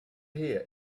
here